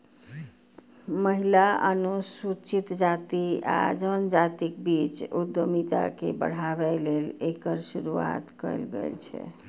महिला, अनुसूचित जाति आ जनजातिक बीच उद्यमिता के बढ़ाबै लेल एकर शुरुआत कैल गेल छै